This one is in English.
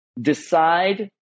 decide